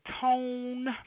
tone